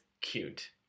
cute